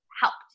helped